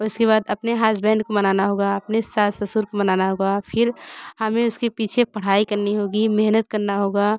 उसके बाद अपने हस्बेंड को मनाना होगा अपने सास ससुर को मनाना होगा फिर हमें उसके पीछे पढ़ाई करनी होगी मेहनत करना होगा